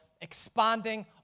expanding